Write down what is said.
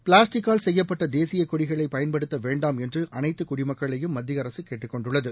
பிளாஸ்டிக்கால் செய்யப்பட்ட தேசியக் கொடிகளை பயன்படுத்த வேண்டாம் என்று அனைத்து குடிமக்களையும் மத்திய அரசு கேட்டுக் கொண்டுள்ளது